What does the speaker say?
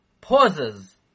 pauses